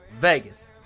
Vegas